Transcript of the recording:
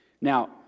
Now